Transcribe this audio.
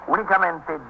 Únicamente